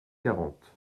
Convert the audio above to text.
quarante